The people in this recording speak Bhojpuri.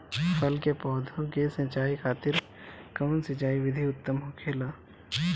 फल के पौधो के सिंचाई खातिर कउन सिंचाई विधि उत्तम होखेला?